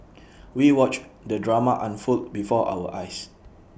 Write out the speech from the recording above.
we watched the drama unfold before our eyes